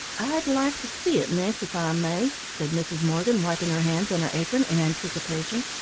i'd like to see it, miss, if i may, said mrs. morgan, wiping her hands on her apron in anticipation.